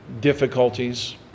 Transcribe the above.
difficulties